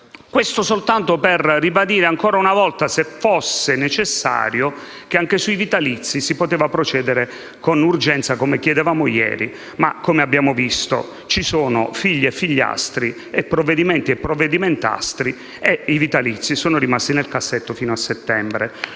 questo soltanto per ribadire ancora una volta, se fosse necessario, che anche sui vitalizi si poteva procedere con urgenza, come chiedevamo ieri; tuttavia, come abbiamo visto, ci sono figli e figliastri e provvedimenti e "provvedimentastri" e i vitalizi sono rimasti nel cassetto fino a settembre.